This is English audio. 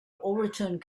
overturned